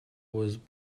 was